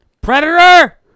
Predator